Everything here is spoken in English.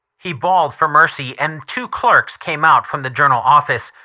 he bawled for mercy and two clerks came out from the journal office.